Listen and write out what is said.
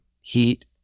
heat